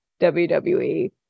WWE